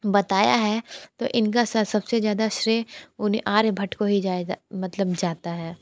बताया है तो इनका सब से ज़्यादा श्रेय उन्हें आर्यभट्ट को ही जाया जा मतलब जाता है